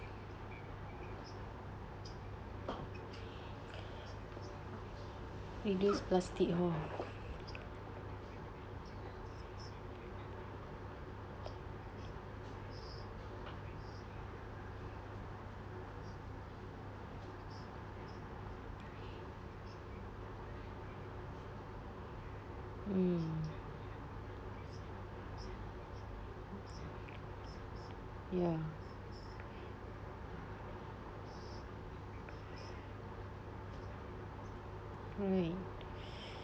reduce plastic hor mm ya right